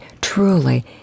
truly